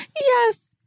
Yes